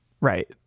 Right